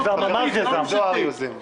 זה ממ"ז יוזם, זוהר יוזם.